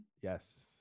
yes